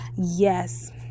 yes